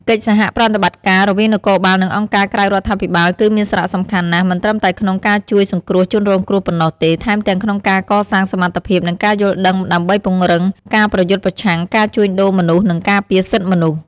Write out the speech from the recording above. កិច្ចសហប្រតិបត្តិការរវាងនគរបាល និងអង្គការក្រៅរដ្ឋាភិបាលគឺមានសារៈសំខាន់ណាស់ មិនត្រឹមតែក្នុងការជួយសង្គ្រោះជនរងគ្រោះប៉ុណ្ណោះទេ ថែមទាំងក្នុងការកសាងសមត្ថភាព និងការយល់ដឹងដើម្បីពង្រឹងការប្រយុទ្ធប្រឆាំងការជួញដូរមនុស្ស និងការពារសិទ្ធិមនុស្ស។